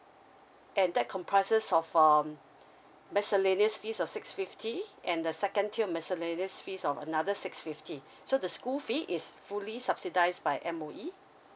and that comprises of um miscellaneous fees of six fifty and the second tier of miscellaneous fees of another six fifty so the school fee is fully subsidised by M_O_E